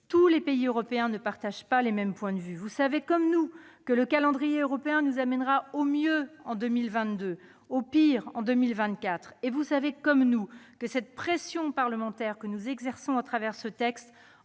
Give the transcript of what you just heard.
tous les États membres ne partagent pas les mêmes points de vue. Vous le savez comme nous : le calendrier européen nous amènera au mieux en 2022, au pire en 2024. Et vous le savez comme nous : la pression parlementaire que nous exerçons par le biais